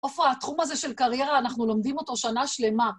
עפרה, התחום הזה של קריירה, אנחנו לומדים אותו שנה שלמה.